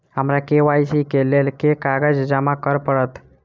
हमरा के.वाई.सी केँ लेल केँ कागज जमा करऽ पड़त?